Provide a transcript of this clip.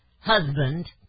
husband